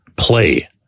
play